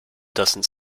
doesn’t